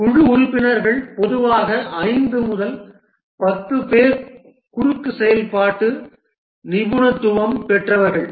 குழு உறுப்பினர்கள் பொதுவாக 5 முதல் 10 பேர் குறுக்கு செயல்பாட்டு நிபுணத்துவம் பெற்றவர்கள்